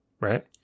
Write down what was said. Right